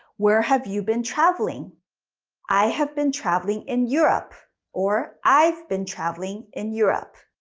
where have you been traveling i have been traveling in europe or i've been traveling in europe